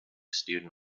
student